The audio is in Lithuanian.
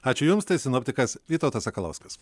ačiū jums tai sinoptikas vytautas sakalauskas